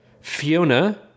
Fiona